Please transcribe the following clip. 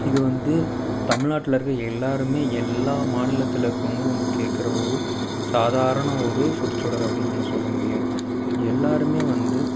இது வந்து தமிழ்நாட்டில் இருக்கிற எல்லாேருமே எல்லா மாநிலத்தில் இருக்கிறவங்களும் வந்து கேட்குற ஒரு சாதாரண ஒரு சொற்சொடர் அப்படின்னு நம்ம சொல்ல முடியும் எல்லாேருமே வந்து